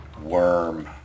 Worm